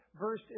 verse